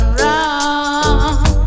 run